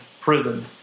prison